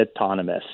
autonomous